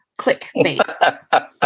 Clickbait